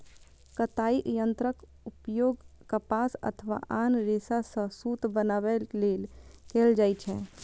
कताइ यंत्रक उपयोग कपास अथवा आन रेशा सं सूत बनबै लेल कैल जाइ छै